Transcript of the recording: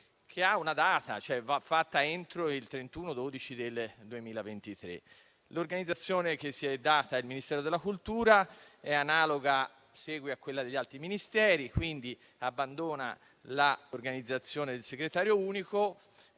che ha una data (cioè va fatta entro il 31 dicembre 2023). L'organizzazione che si è data il Ministero della cultura è analoga a quella degli altri Ministeri e la segue, quindi abbandona l'organizzazione del segretario unico